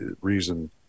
reason